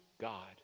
God